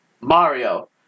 Mario